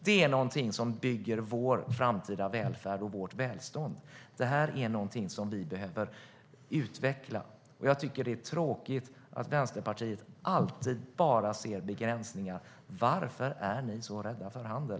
Det är någonting som bygger vår framtida välfärd, vårt välstånd och som vi behöver utveckla. Jag tycker att det är tråkigt att Vänsterpartiet alltid bara ser begränsningar. Varför är ni så rädda för handel?